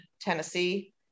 Tennessee